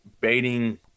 Baiting